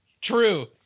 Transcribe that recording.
True